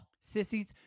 Sissies